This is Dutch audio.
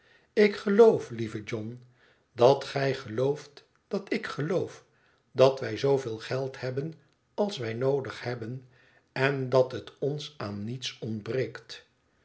ik geloof lieve john dat gij gelooft dat ik geloof dat wij zooveel geld hebben als wij noodig hebben en dat het ons aan niets ontbreekt